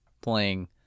playing